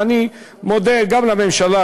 ואני מודה גם לממשלה,